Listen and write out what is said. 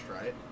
right